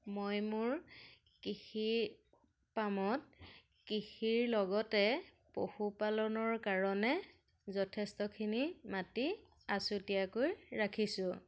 মই মোৰ কৃষি পামত কৃষিৰ লগতে পশুপালনৰ কাৰণে যথেষ্টখিনি মাটি আছুতীয়াকৈ ৰাখিছোঁ